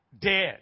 Dead